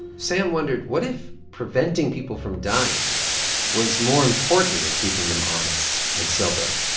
sam wondered, what if preventing people from dying was more important than keeping them honest and sober?